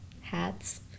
hats